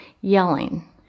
yelling